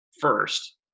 first